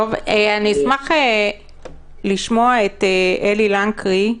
אני אשמח לשמוע את אלי לנקרי.